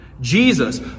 Jesus